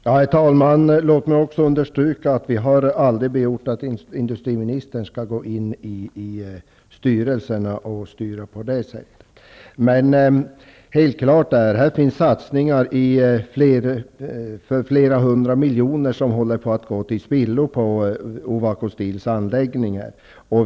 Herr talman! Låt mig också understryka att vi aldrig har begärt att näringsministern skall gå in i styrelserna och styra på det sättet. Här finns satsningar för flera hundra miljoner som håller på att gå till spillo på Ovako Steels anläggning.